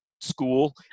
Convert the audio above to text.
school